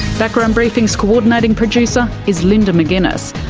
background briefing's co-ordinating producer is linda mcginness,